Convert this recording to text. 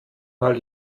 mal